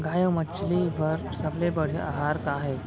गाय अऊ मछली बर सबले बढ़िया आहार का हे?